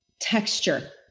texture